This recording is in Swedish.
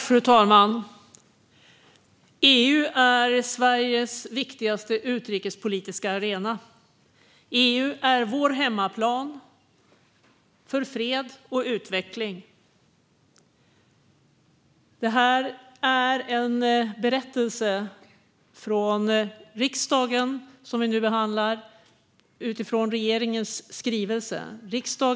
Fru talman! EU är Sveriges viktigaste utrikespolitiska arena. EU är vår hemmaplan för fred och utveckling. Det här är ett betänkande från riksdagen som vi nu behandlar utifrån regeringens skrivelse.